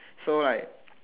so like